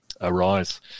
arise